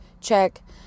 check